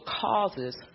causes